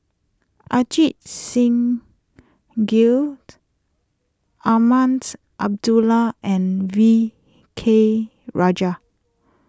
Ajit Singh Gill Azman Abdullah and V K Rajah